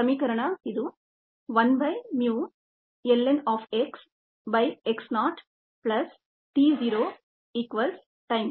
ಸಮೀಕರಣ ಇದು 1 by mu ln of x by x nought plus t zero equals time